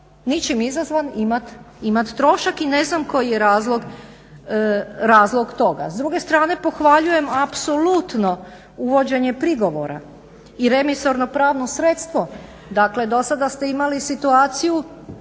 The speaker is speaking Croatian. ničim izazvan imati trošak i ne znam koji je razlog toga. S druge strane pohvaljujem apsolutno uvođenje prigovora i remisorno pravno sredstvo. Dakle, dosada ste imali situaciju